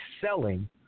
selling